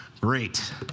Great